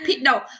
No